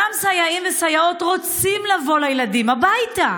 אותם סייעים וסייעות רוצים לבוא לילדים הביתה,